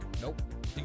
Nope